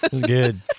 good